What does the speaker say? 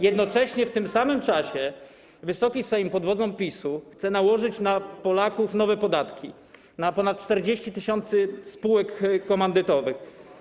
Jednocześnie w tym samym czasie Wysoki Sejm pod wodzą PiS-u chce nałożyć na Polaków nowe podatki, na ponad 40 tys. spółek komandytowych.